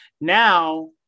now